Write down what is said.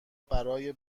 برای